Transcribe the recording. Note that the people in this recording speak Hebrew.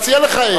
הוא מציע לך איך.